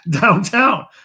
downtown